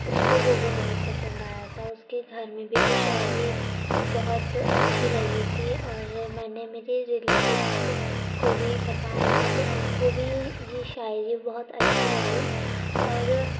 اس کو وہ بھی بہت پسند آیا تھا اس کے گھر میں بھی وہ شاعری بہت اچھی لگی تھی اور میں نے میری ریلیٹبس کو بھی بتایا تھا تو ان کو بھی یہ شاعری بہت اچھی لگی اور